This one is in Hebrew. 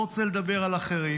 אני לא רוצה לדבר על אחרים.